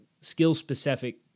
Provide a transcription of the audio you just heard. skill-specific